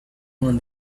when